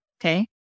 Okay